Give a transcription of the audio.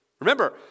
remember